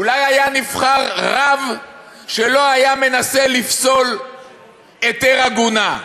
אולי היה נבחר רב שלא היה מנסה לפסול היתר עגונה.